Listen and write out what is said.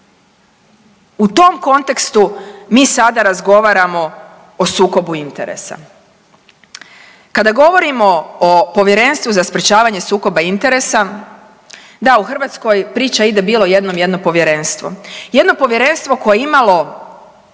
U tom kontekstu mi sada razgovaramo o sukobu interesa. Kada govorimo o Povjerenstvu za sprječavanje sukoba interesa, da, u Hrvatskoj priča ide - bilo jednom jedno povjerenstvo. Jedno povjerenstvo koje je imalo